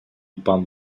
pan